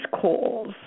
calls